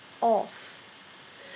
off